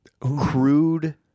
crude